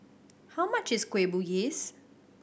how much is Kueh Bugis